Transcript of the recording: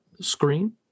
screen